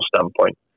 standpoint